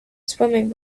swimming